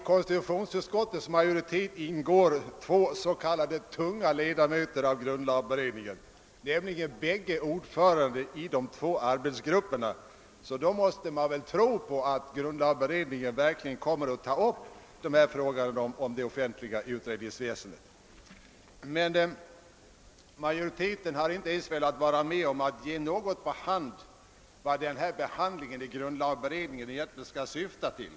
I konstitutionsutskottets majoritet ingår två s.k. tunga ledamöter av grundlagberedningen, nämligen ordförandena i de båda arbetsgrupperna. Då måste man väl tro på att grundlagberedningen även kommer att ta upp frågan om det offentliga utredningsväsendet. Men ut skottsmajoriteten har inte velat ge något på hand om vad behandlingen i grundlagberedningen egentligen skall syfta till.